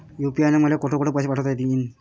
UPI न मले कोठ कोठ पैसे पाठवता येईन?